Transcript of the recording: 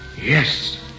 Yes